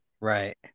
Right